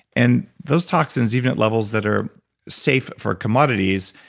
and those toxins even at levels that are safe for commodities,